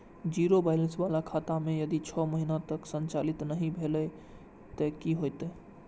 Zero balance बाला खाता में यदि छः महीना तक संचालित नहीं भेल ते कि होयत?